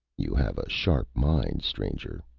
you have a sharp mind, stranger.